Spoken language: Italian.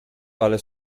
vale